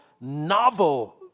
novel